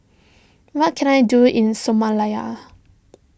what can I do in Somalia